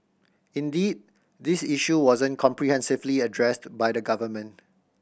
indeed this issue wasn't comprehensively addressed by the government